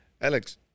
Alex